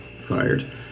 fired